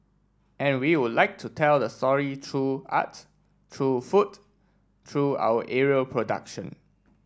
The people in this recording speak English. and we would like to tell the story through art through food through our aerial production